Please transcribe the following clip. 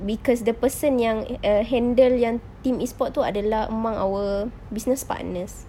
because the person yang err handle yang team e-sport itu adalah among our business partners